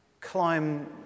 climb